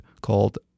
called